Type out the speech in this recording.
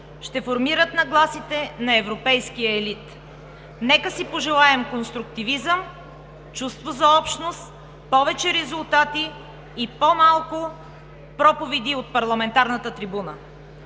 ще формират нагласите на европейския елит. Нека си пожелаем конструктивизъм, чувство за общност, повече резултати и по-малко проповеди от парламентарната трибуна.